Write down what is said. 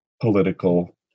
political